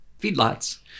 feedlots